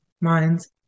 minds